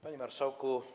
Panie Marszałku!